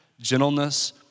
gentleness